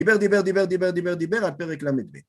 ‫דיבר, דיבר, דיבר, ‫דיבר, דיבר, דיבר, הפרק למדבר.